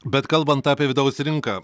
bet kalbant apie vidaus rinką